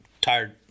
tired